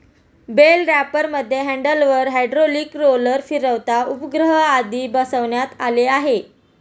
bell रॅपरमध्ये handler, hydraulic roller, फिरता उपग्रह आदी बसवण्यात आले आहे